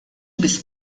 biss